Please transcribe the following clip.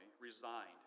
resigned